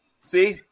See